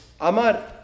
Amar